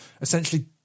essentially